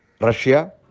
Russia